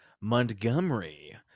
Montgomery